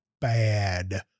bad